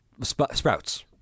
Sprouts